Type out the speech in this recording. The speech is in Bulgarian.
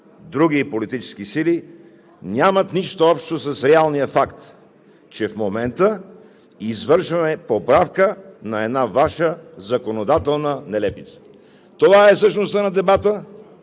други политически сили, нямат нищо общо с реалния факт, че в момента извършваме поправка на една Ваша законодателна нелепица. Това е същността на дебата,